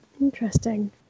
Interesting